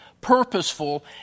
purposeful